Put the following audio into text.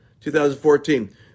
2014